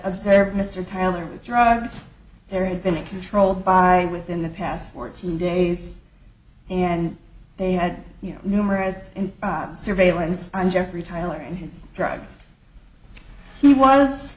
observed mr tyler drugs there had been a controlled by within the past fourteen days and they had you know numerous in surveillance on jeffrey tyler and his drugs he was